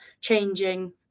changing